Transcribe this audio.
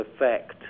effect